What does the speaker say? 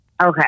Okay